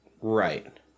Right